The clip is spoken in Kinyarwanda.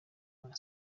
nka